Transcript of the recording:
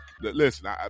Listen